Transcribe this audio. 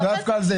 למה דווקא על זה?